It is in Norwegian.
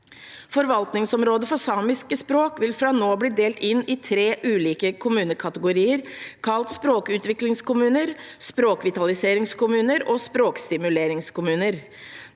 Forvaltningsområdet for samiske språk vil fra nå av bli delt inn i tre ulike kommunekategorier, kalt språkutviklingskommuner, språkvitaliseringskommuner og språkstimuleringskommuner.